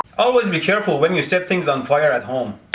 always be careful when you set things on fire at home.